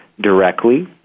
directly